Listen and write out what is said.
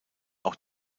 auch